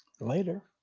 Later